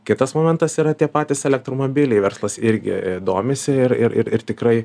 kitas momentas yra tie patys elektromobiliai verslas irgi domisi ir ir ir ir tikrai